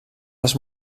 les